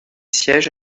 siège